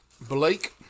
Blake